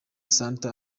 centre